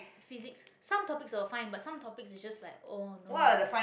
physics some topics were fine but some topics is just like oh no